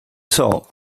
sold